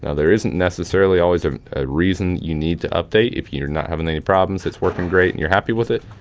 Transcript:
and there isn't necessarily always a reason that you need to update. if you're not having any problems, it's working great, and you're happy with it,